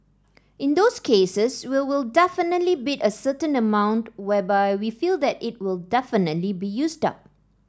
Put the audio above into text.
in those cases we will definitely bid a certain amount whereby we feel that it will definitely be used up